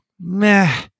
meh